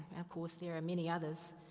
of course there are many others.